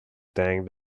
thanked